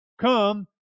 come